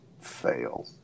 Fail